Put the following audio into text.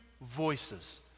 voices